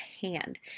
hand